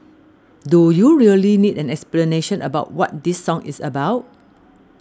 do you really need an explanation about what this song is about